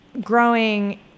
growing